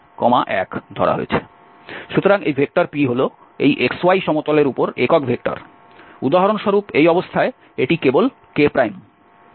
সুতরাং এই p হল এই xy সমতলের উপর একক ভেক্টর উদাহরণস্বরূপ এই অবস্থায় এটি কেবল k